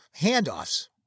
handoffs